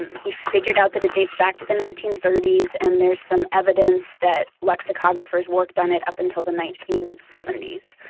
and he figured out that it dates back to the nineteen thirty s, and there's some evidence that lexicographers worked on it up until the nineteen seventy s.